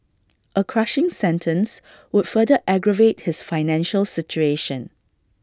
A crushing sentence would further aggravate his financial situation